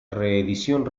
reedición